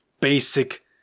basic